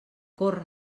corre